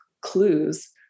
clues